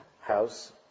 house